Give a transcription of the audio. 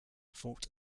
fort